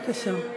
בבקשה.